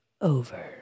over